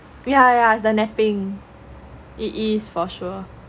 yeah yeah it's the napping it is for sure